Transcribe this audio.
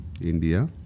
India